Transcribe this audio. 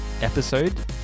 episode